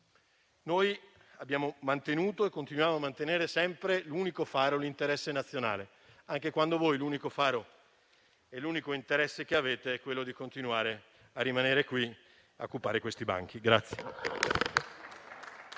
voi, abbiamo mantenuto e continuiamo a mantenere sempre, come unico faro, l'interesse nazionale, anche quando l'unico faro e l'unico interesse che avete voi è continuare a rimanere qui a occupare questi banchi.